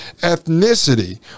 ethnicity